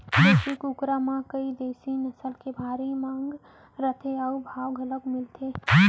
देसी कुकरा म कइ देसी नसल के भारी मांग रथे अउ भाव घलौ मिलथे